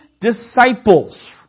disciples